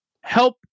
help